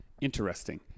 Interesting